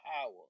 power